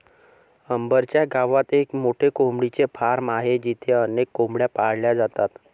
अंबर च्या गावात एक मोठे कोंबडीचे फार्म आहे जिथे अनेक कोंबड्या पाळल्या जातात